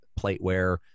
plateware